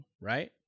right